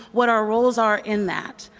what our roles are in that.